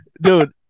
dude